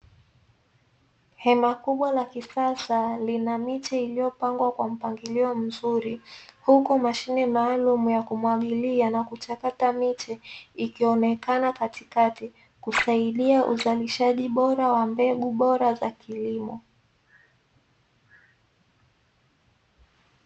Hema kubwa la kisasa lina miche iliyopangwa kwa mpangilio mzuri huku mashine ya umwagiliaji ikionekana katikati kusaidia uzalishaji bora wa mbegu bora za kilimo